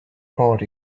heart